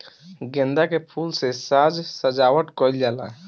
गेंदा के फूल से साज सज्जावट कईल जाला